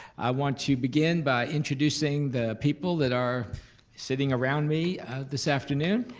i want to begin by introducing the people that are sitting around me this afternoon,